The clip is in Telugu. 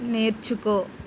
నేర్చుకో